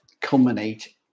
culminate